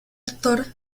actor